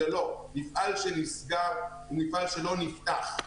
מפעל שנסגר הוא מפעל שלא נפתח.